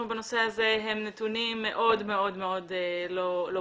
בנושא הזה הם נתונים מאוד לא ברורים,